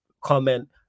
comment